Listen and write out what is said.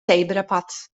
zebrapad